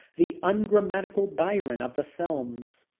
the ungrammatical byron of the films,